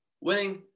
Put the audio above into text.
winning